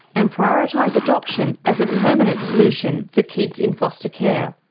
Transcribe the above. and prioritise adoption as a permanent solution for kids in foster care.